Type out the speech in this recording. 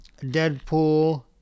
Deadpool